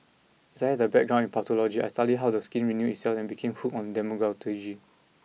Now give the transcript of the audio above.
as I had a background in pathology I studied how the skin renews itself and became hooked on dermatology